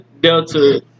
Delta